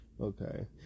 Okay